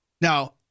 Now